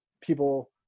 people